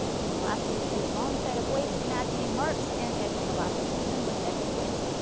pin elastic to wrong side of waist matching marks and edge of elastic, even with edge of waist.